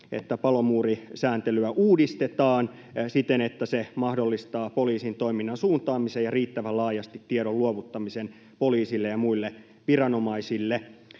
että palomuurisääntelyä uudistetaan siten, että se mahdollistaa poliisin toiminnan suuntaamisen ja riittävän laajasti tiedon luovuttamisen poliisille ja muille viranomaisille.